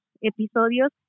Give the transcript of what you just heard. episodios